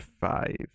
five